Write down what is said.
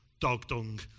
Dog-dung